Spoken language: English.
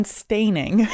staining